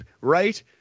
right